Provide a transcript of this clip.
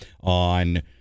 on